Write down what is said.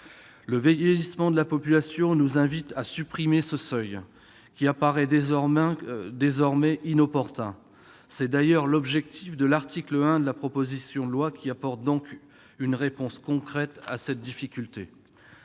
Le vieillissement de la population nous invite à supprimer ce seuil, qui apparaît désormais inopportun. C'est d'ailleurs l'objet de l'article 1 de la proposition de loi, qui apporte donc une réponse concrète à cette difficulté.